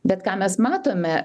bet ką mes matome